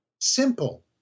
simple